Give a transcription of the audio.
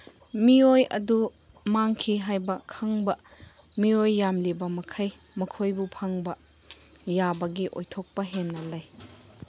ꯃꯤꯑꯣꯏ ꯑꯗꯨ ꯃꯥꯡꯈꯤ ꯍꯥꯏꯕ ꯈꯪꯕ ꯃꯤꯑꯣꯏ ꯌꯥꯝꯂꯤꯕ ꯃꯈꯩ ꯃꯈꯣꯏꯕꯨ ꯐꯪꯕ ꯌꯥꯕꯒꯤ ꯑꯣꯏꯊꯣꯛꯄ ꯍꯦꯟꯅ ꯂꯩ